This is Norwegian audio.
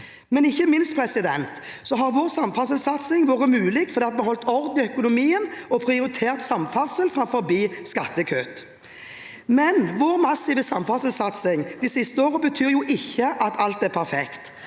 Men ikke minst har vår samferdselssatsing vært mulig fordi vi har holdt orden i økonomien og prioritert samferdsel framfor skattekutt. Men vår massive samferdselssatsing de siste årene betyr jo ikke at alt er perfekt.